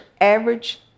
average